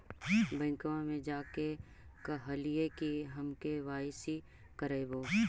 बैंकवा मे जा के कहलिऐ कि हम के.वाई.सी करईवो?